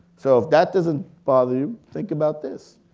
so if that doesn't bother you, think about this.